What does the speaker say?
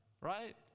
right